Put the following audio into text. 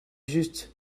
juste